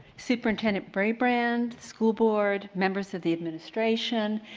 superintendent brabrand, school board, members of the administration,